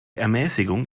ermäßigung